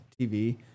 TV